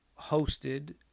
hosted